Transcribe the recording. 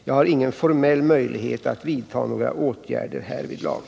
Jag har ingen formell möjlighet att vidta några åtgärder härvidlag.